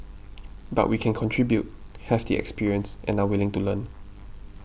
but we can contribute have the experience and are willing to learn